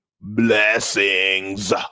blessings